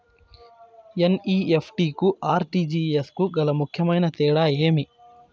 NEFT కు RTGS కు గల ముఖ్యమైన తేడా ఏమి?